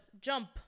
jump